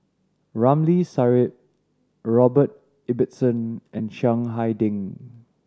Ramli Sarip Robert Ibbetson and Chiang Hai Ding